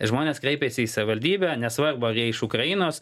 žmonės kreipėsi į savivaldybę nesvarbu ar jie iš ukrainos